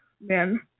Man